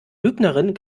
lügnerin